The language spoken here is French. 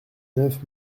neuf